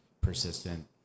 persistent